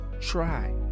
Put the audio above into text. Try